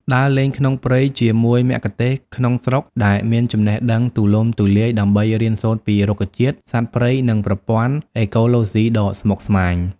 ដើរលេងក្នុងព្រៃជាមួយមគ្គុទ្ទេសក៍ក្នុងស្រុកដែលមានចំណេះដឹងទូលំទូលាយ ដើម្បីរៀនសូត្រពីរុក្ខជាតិ សត្វព្រៃ និងប្រព័ន្ធអេកូឡូស៊ីដ៏ស្មុគស្មាញ។